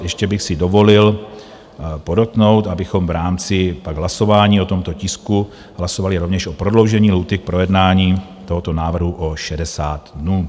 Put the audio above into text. Ještě bych si dovolil podotknout, abychom pak v rámci hlasování o tomto tisku hlasovali rovněž o prodloužení lhůty k projednání tohoto návrhu o 60 dnů.